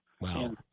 Wow